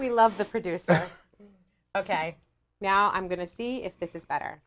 we love the producer ok now i'm going to see if this is better